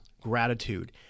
gratitude